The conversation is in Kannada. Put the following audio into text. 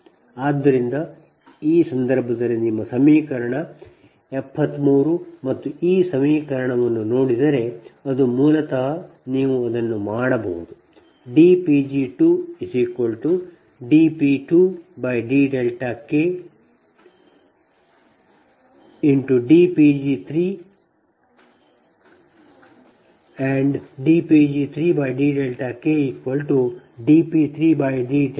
ಆದ್ದರಿಂದ ಆ ಸಂದರ್ಭದಲ್ಲಿ ನಿಮ್ಮ ಸಮೀಕರಣ 73 ಮತ್ತು ನೀವು ಈ ಸಮೀಕರಣವನ್ನು ನೋಡಿದರೆ ಅದು ಮೂಲತಃ ನೀವು ಅದನ್ನು ಮಾಡಬಹುದು dPg2dKdP2dK dPg3dKdP3dK